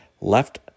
left